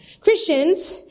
Christians